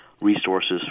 resources